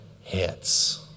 hits